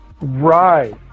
Right